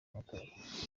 amatora